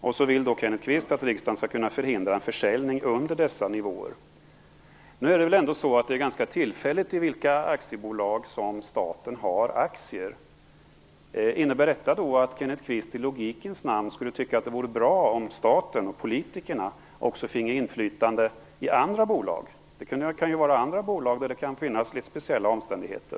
Kenneth Kvist vill att riksdagen skall kunna förhindra en försäljning under dessa nivåer. Det är väl ändå så att det är ganska tillfälligt i vilka aktiebolag som staten har aktier. Innebär detta att Kenneth Kvist i logikens namn skulle tycka att det vore bra om staten och politikerna också finge inflytande i andra bolag? Det kan ju finnas andra bolag med litet speciella omständigheter.